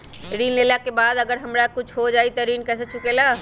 ऋण लेला के बाद अगर हमरा कुछ हो जाइ त ऋण कैसे चुकेला?